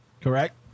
correct